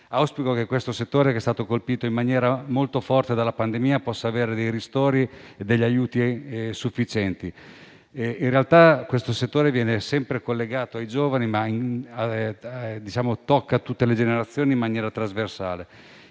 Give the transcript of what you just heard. Auspico che questo settore, che è stato colpito in maniera molto forte dalla pandemia, possa avere ristori e aiuti sufficienti. In realtà, tale settore viene sempre collegato ai giovani, ma tocca tutte le generazioni in maniera trasversale.